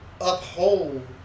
uphold